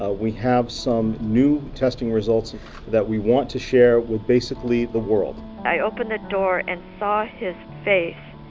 ah we have some new testing results that we want to share with basically the world. i opened the door and saw his face.